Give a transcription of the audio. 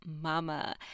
mama